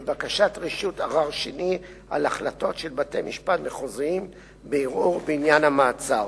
בבקשת רשות ערר שני על החלטות של בתי-משפט מחוזיים בערעור בעניין המעצר.